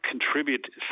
contribute